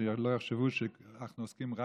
שלא יחשבו שאנחנו עוסקים רק,